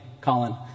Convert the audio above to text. Colin